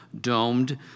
domed